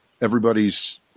everybody's